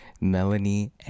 Melanie